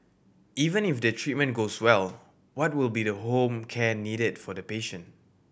even if the treatment goes well what will be the home care needed for the patient